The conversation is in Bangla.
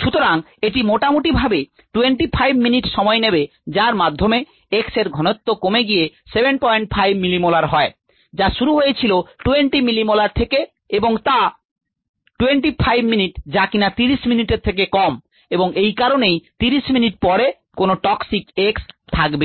সুতরাং এটি মোটামুটি ভাবে 25 মিনিট সময় নেবে যার মাধ্যমে X এর ঘনত্ব কমে গিয়ে 75 মিলিমোলার হয় যা শুরু হয়েছিল 20 মিলি মোলার থেকে এবং তা 25 মিনিট যা কিনা 30 মিনিট এর থেকে কম এবং এই কারনেই 30 মিনিট পরে কোন টক্সিক X থাকবে না